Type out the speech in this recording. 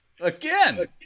again